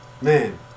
Man